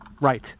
Right